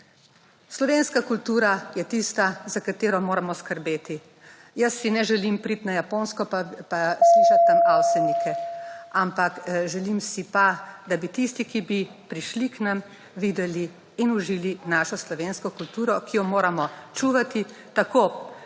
Slovenska kultura je tista, za katero moramo skrbeti. Jaz si ne želim priti na Japonsko pa slišati tam Avsenike, ampak želim si pa, da bi tisti, ki bi prišli k nam videli in užili našo slovensko kulturo, ki jo moramo čuvati tako